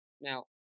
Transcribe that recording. Now